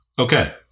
Okay